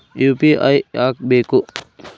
UPI ಯಾಕ್ ಬೇಕು?